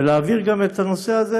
ולהעביר גם את הנושא הזה,